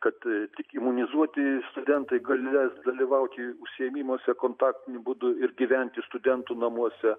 kad tik imunizuoti studentai galės dalyvauti užsiėmimuose kontaktiniu būdu ir gyventi studentų namuose